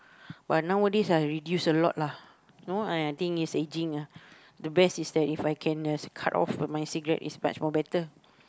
but nowadays I reduce a lot lah you know I think is aging ah the best is if I can cut off my cigarettes is much more better